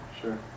Sure